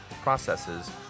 processes